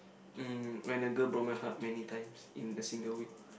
mm when a girl broke my heart many times in a single week